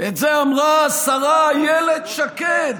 את זה אמרה השרה אילת שקד.